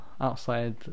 outside